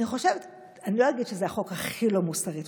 אני חושבת, ואני לא אגיד שזה החוק הכי לא מוסרי.